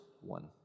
one